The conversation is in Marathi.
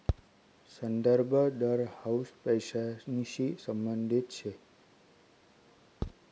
संदर्भ दर हाउ पैसांशी संबंधित शे